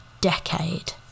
decade